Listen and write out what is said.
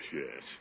yes